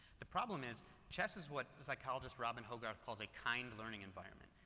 the problem is chess is what is like, how does robin hogarth calls a kind learning environment.